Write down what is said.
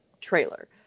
trailer